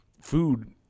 food